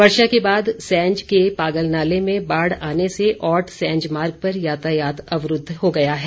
वर्षा के बाद सैंज के पागल नाले में बाढ़ आने से औट सैंज मार्ग पर यातायात अवरूद्व हो गया है